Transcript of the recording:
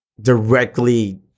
directly